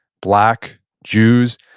black, jews,